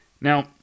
Now